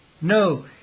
No